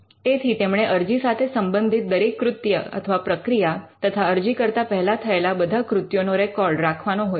તેથી તેમણે અરજી સાથે સંબંધિત દરેક કૃત્ય અથવા પ્રક્રિયા તથા અરજી કરતા પહેલા થયેલા બધા કૃત્યો નો રેકોર્ડ રાખવાનો હોય છે